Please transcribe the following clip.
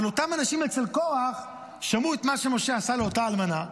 אבל אותם אנשים אצל קרח שמעו את מה שמשה עשה לאותה אלמנה,